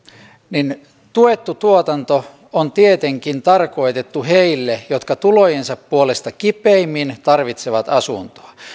niin tuettu tuotanto on tietenkin tarkoitettu heille jotka tulojensa puolesta kipeimmin tarvitsevat asuntoa